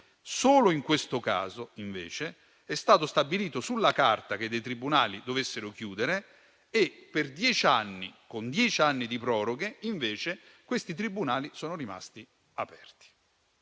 Solo in questo caso, invece, è stato stabilito sulla carta che alcuni tribunali dovessero chiudere e per dieci anni, con dieci anni di proroghe, invece sono rimasti aperti.